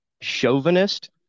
chauvinist